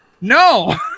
No